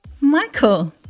Michael